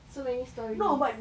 so many stories